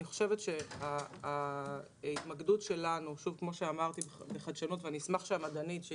אני חושבת שההתמקדות שלנו בחדשנות אשמח שהמדענית הראשית,